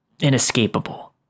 Inescapable